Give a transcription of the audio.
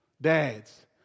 dads